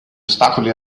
ostacoli